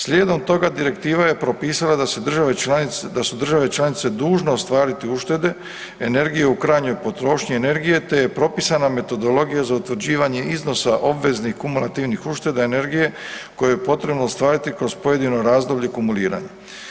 Slijedom toga direktiva je propisala da su države članice dužne ostvariti uštede energije u krajnjoj potrošnji energije te je propisana metodologija za utvrđivanje iznosa obveznih i kumulativnih ušteda energije koju je potrebno ostvariti kroz pojedino razdoblje kumuliranja.